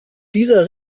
dieser